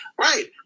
Right